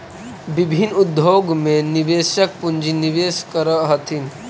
विभिन्न उद्योग में निवेशक पूंजी निवेश करऽ हथिन